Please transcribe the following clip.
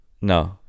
No